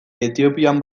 etiopian